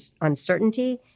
uncertainty